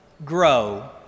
Grow